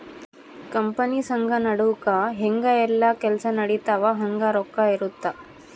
company ಸಂಘ ನಡುಕ ಹೆಂಗ ಯೆಲ್ಲ ಕೆಲ್ಸ ನಡಿತವ ಹಂಗ ರೊಕ್ಕ ಇರುತ್ತ